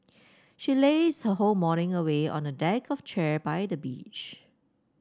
she lazed her whole morning away on a deck of chair by the beach